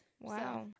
Wow